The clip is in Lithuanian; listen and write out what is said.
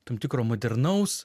tam tikro modernaus